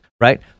right